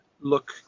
look